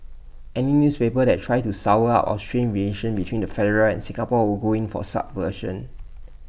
any newspaper that tries to sour up or strain relations between the federal and Singapore will go in for subversion